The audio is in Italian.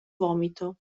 vomito